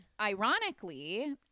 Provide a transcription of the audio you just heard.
ironically